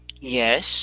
Yes